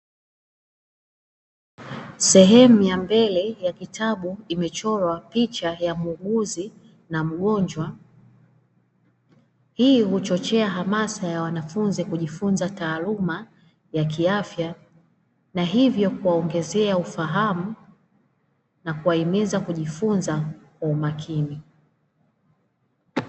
Sehemu ya mbele ya kitabu imechorwa picha ya muuguzi na mgonjwa, hii huchochea hamasa ya wanafunzi kujifunza taaluma ya kiafya, na hivyo kuwaongezea ufahamu na kuwahimiza kujifunza kwa umakini.